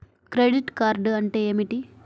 Credit card అంటే ఏమిటి?